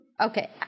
Okay